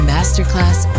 Masterclass